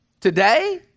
Today